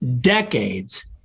decades